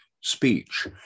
speech